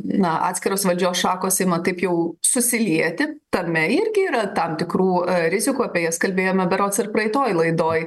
na atskiros valdžios šakos ima taip jau susilieti tame irgi yra tam tikrų rizikų apie jas kalbėjome berods ir praeitoj laidoj